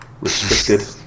restricted